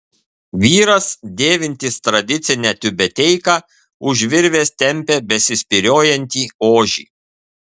vyras dėvintis tradicinę tiubeteiką už virvės tempia besispyriojantį ožį